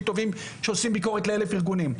טובים שעושים ביקורת ל-1,000 ארגונים.